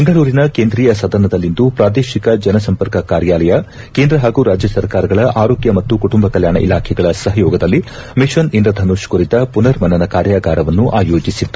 ಬೆಂಗಳೂರಿನ ಕೇಂದ್ರೀಯ ಸದನದಲ್ಲಿಂದು ಪ್ರಾದೇಶಿಕ ಜನಸಂಪರ್ಕ ಕಾರ್ಯಾಲಯ ಕೇಂದ್ರ ಹಾಗೂ ರಾಜ್ಯ ಸರ್ಕಾರಗಳ ಆರೋಗ್ಯ ಮತ್ತು ಕುಟುಂಬ ಕಲ್ಯಾಣ ಇಲಾಖೆಗಳ ಸಹಯೋಗದಲ್ಲಿ ಮಿಷನ್ ಇಂದ್ರ ಧನುಷ್ ಕುರಿತ ಪುನರ್ ಮನನ ಕಾರ್ಯಾಗಾರವನ್ನು ಆಯೋಜಿಸಿತ್ತು